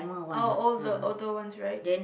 oh all the older ones right